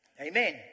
Amen